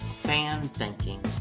fan-thinking